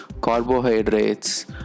carbohydrates